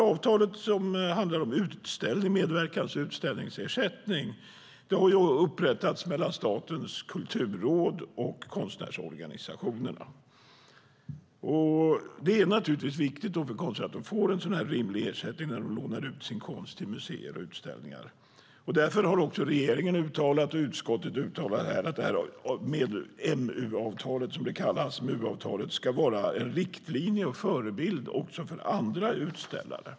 Avtalet som handlar om medverkans och utställningsersättning har upprättats mellan Statens kulturråd och konstnärsorganisationerna. Det är naturligtvis viktigt för konstnärer att de får en rimlig ersättning när de lånar ut sin konst till museer och utställningar. Därför har regeringen och utskottet uttalat att MU-avtalet, som det kallas, ska vara en riktlinje och en förebild också för andra utställare.